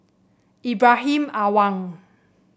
Ibrahim Awang